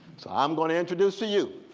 i'm going to introduce to you